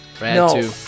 No